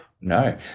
No